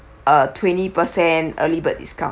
a twenty percent early bird discount